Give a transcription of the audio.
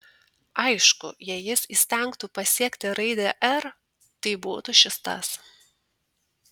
aišku jei jis įstengtų pasiekti raidę r tai būtų šis tas